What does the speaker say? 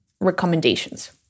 recommendations